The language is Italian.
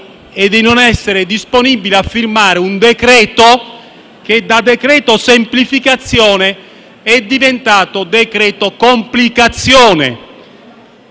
e di non essere disponibile a firmare un provvedimento che, da decreto di semplificazione, è diventato di complicazione.